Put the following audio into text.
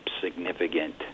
significant